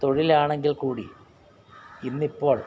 തൊഴിലാണെങ്കിൽ കൂടി ഇന്നിപ്പോൾ